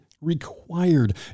required